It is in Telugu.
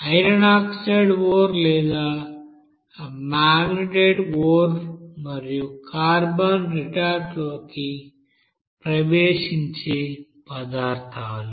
ఐరన్ ఆక్సైడ్ ఓర్ లేదా మాగ్నెటైట్ ఓర్ మరియు కార్బన్ రిటార్ట్లోకి ప్రవేశించే పదార్థాలు